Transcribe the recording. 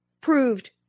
proved